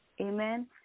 Amen